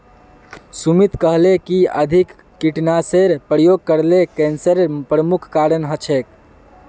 सुमित कहले कि अधिक कीटनाशेर प्रयोग करले कैंसरेर प्रमुख कारण हछेक